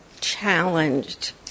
challenged